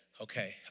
Okay